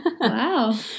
Wow